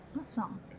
Awesome